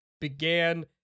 began